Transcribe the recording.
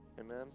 Amen